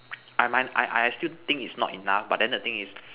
I my I I still think it's not enough but then the thing is